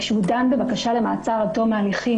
כאשר הוא דן בבקשה למעצר עד תום הליכים,